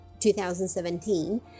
2017